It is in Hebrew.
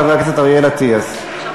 חבר הכנסת אריאל אטיאס.